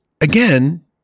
again